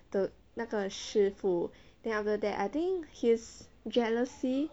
the 那个师父 then after that I think his jealousy